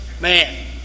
man